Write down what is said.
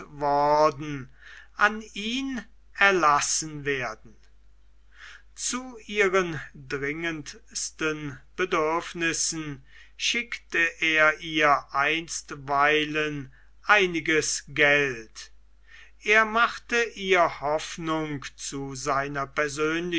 worden an ihn erlassen werden zu ihren dringendsten bedürfnissen schickte er ihr einstweilen einiges geld er machte ihr hoffnung zu seiner